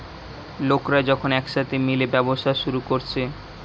লোকরা যখন একসাথে মিলে ব্যবসা শুরু কোরছে